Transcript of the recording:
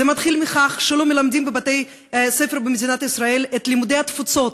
זה מתחיל מכך שלא מלמדים בבתי-ספר במדינת ישראל את לימודי התפוצות,